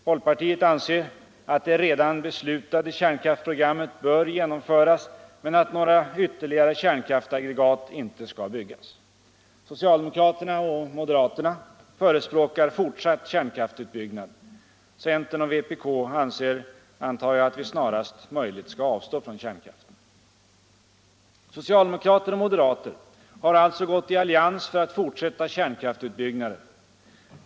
Folkpartiet anser att det redan beslutade kärnkraftsprogrammet bör genomföras men att några ytterligare kärnkraftsaggregat inte skall byggas. Socialdemokraterna och moderaterna förespråkar fortsatt kärnkraftsutbyggnad. Centern och vpk anser, antar jag, att vi snarast möljligt skall avstå från kärnkraften. Socialdemokrater och moderater har alltså gått i allians för att fortsätta kärnkraftsutbyggnaden.